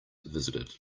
visited